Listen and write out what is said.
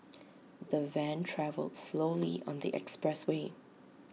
the van travelled slowly on the expressway